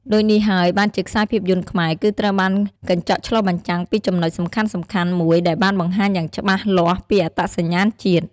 ដូចនេះហើយបានជាខ្សែភាពយន្តខ្មែរគឺត្រូវបានកញ្ចក់ឆ្លុះបញ្ចាំងពីចំណុចសំខាន់ៗមួយដែលបានបង្ហាញយ៉ាងច្បាស់លាស់ពីអត្តសញ្ញាណជាតិ ។